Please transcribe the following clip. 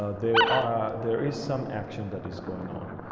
ah there ah there is some action that is going on.